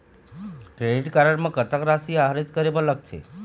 Credit card म कतक राशि आहरित करे बर लगथे?